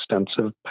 extensive